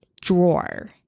drawer